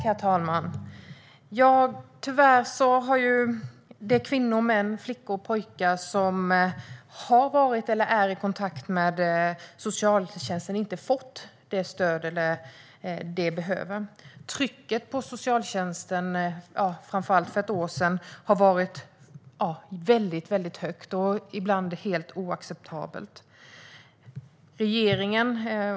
Herr talman! De kvinnor och män, flickor och pojkar som har varit eller är i kontakt med socialtjänsten har tyvärr inte fått det stöd som de behöver. Trycket på socialtjänsten - framför allt för ett år sedan - har varit väldigt högt, och ibland helt oacceptabelt.